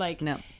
No